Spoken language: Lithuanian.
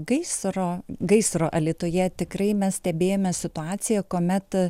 gaisro gaisro alytuje tikrai mes stebėjome situaciją kuomet